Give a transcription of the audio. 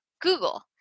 Google